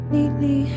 Neatly